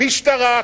משטרה,